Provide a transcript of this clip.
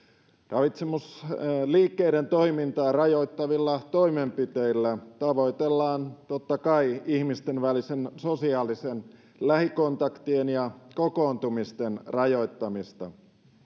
ravitsemusliikkeiden toimintaa rajoittavilla toimenpiteillä tavoitellaan totta kai ihmisten välisten sosiaalisten lähikontaktien ja kokoontumisten rajoittamista